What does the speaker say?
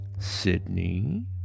Sydney